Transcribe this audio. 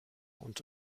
und